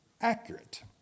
accurate